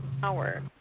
power